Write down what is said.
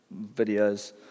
videos